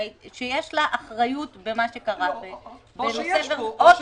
שיש לה אחריות במה שקרה או שיש